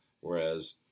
Whereas